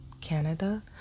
canada